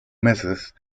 meses